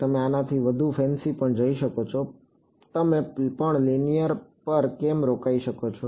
તમે આનાથી વધુ ફેન્સી પણ જઈ શકો છો તમે પણ લીનિયર પર કેમ રોકાઈ શકો છો